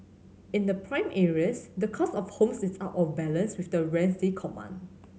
in the prime areas the cost of homes is out of balance with the rents they command